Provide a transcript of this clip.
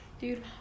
Dude